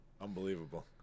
unbelievable